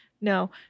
No